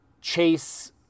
Chase